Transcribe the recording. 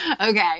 okay